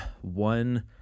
one